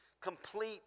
complete